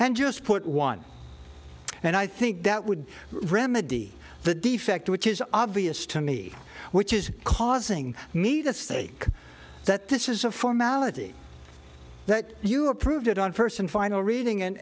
and just put one and i think that would remedy the defect which is obvious to me which is causing me to see that this is a formality that you approved it on first and final reading and